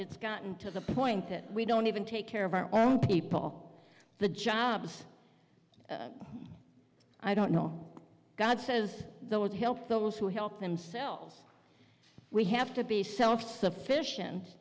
it's gotten to the point that we don't even take care of our own people the jobs i don't know god says that would help those who help themselves we have to be self sufficient